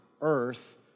earth